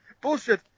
Bullshit